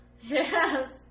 Yes